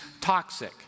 toxic